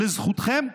לזכותכם,